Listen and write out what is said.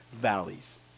valleys